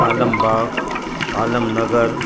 Alambagh Alamnagar